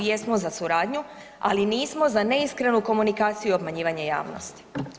Jesmo za suradnju, ali nismo za neiskrenu komunikaciju i obmanjivanje javnosti.